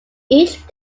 each